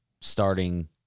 starting